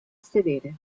sedere